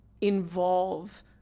involve